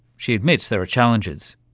she admits there are challenges.